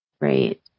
right